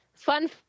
Fun